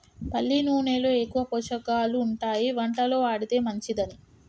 పల్లి నూనెలో ఎక్కువ పోషకాలు ఉంటాయి వంటలో వాడితే మంచిదని